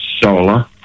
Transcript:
solar